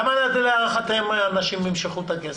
כמה להערכתך אנשים ימשכו את הכסף?